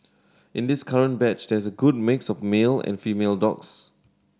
in this current batch there is a good mix of male and female dogs